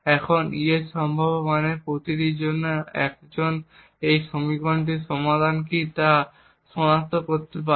এখন e এর এই সম্ভাব্য মানের প্রতিটির জন্য একজন এই সমীকরণের সমাধান কী তা সনাক্ত করতে পারে